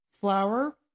flour